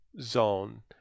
zone